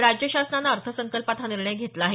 राज्य शासनानं अर्थसंकल्पात हा निर्णय घेतला आहे